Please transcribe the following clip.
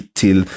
till